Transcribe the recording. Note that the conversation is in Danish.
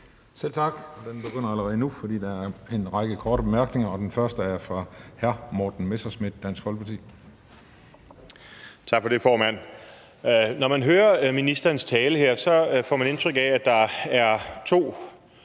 Selv tak. Den begynder allerede nu, for der er en række korte bemærkninger, og den første er fra hr. Morten Messerschmidt, Dansk Folkeparti. Kl. 13:37 Morten Messerschmidt (DF): Tak for det, formand. Når man hører ministerens tale her, får man indtryk af, at der er to